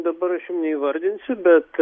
dabar neįvardinsiu bet